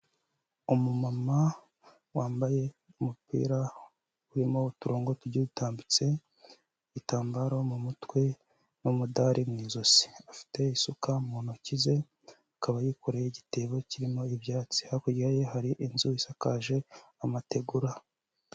Umumama wambaye umupira urimo uturongo tugiye utambitse, igitambaro mu mutwe n'umudari mu izosi. Afite isuka mu ntoki ze akaba yikoreye igitebo kirimo ibyatsi, hakurya ye hari inzu isakaje amategura.